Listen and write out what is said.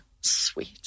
sweet